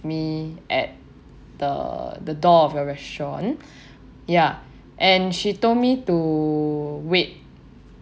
me at the the door of your restaurant ya and she told me to wait